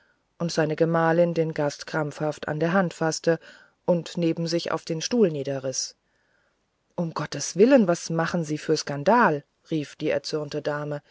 und seine gemahlin den gast krampfhaft an der hand faßte und neben sich auf den stuhl niederriß um himmels willen was machen sie für skandal rief die erzürnte dame